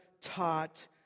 taught